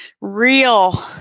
real